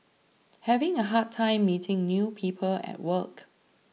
having a hard time meeting new people at work